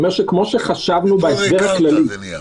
אני אומר שכמו שחשבנו בהסדר הכללי